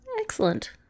excellent